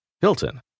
Hilton